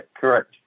correct